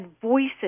voices